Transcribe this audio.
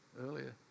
earlier